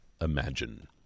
Imagine